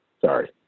Sorry